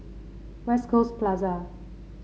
West Coast Plaza